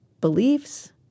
beliefs